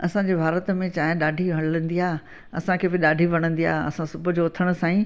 असांजे भारत में चांहि ॾाढी हलंदी आहे असांखे बि ॾाढी वणंदी आहे असां सुबुह जो उथण सां ई